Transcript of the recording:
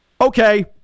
okay